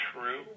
True